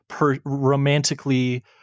romantically